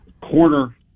corner